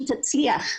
שהיא תצליח.